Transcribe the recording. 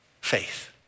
Faith